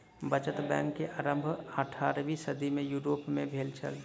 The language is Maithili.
बचत बैंक के आरम्भ अट्ठारवीं सदी में यूरोप में भेल छल